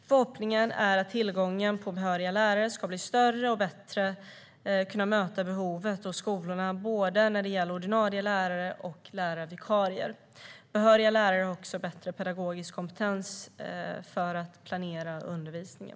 Förhoppningen är att tillgången på behöriga lärare ska bli större och bättre kunna möta behovet hos skolorna både när det gäller ordinarie lärare och lärarvikarier. Behöriga lärare har också bättre pedagogisk kompetens för att planera undervisningen.